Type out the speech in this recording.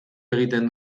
egiten